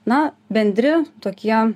na bendri tokie